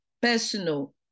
personal